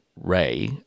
Ray